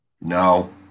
No